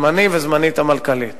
זמני וזמן המנכ"לית.